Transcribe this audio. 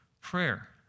prayer